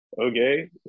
okay